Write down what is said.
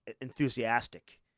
enthusiastic